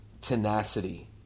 tenacity